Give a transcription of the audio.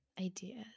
ideas